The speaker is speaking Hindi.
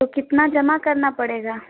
तो कितना जमा करना पड़ेगा